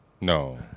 No